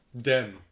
Den